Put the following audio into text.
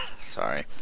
Sorry